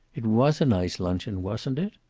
it was a nice luncheon, wasn't it?